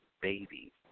baby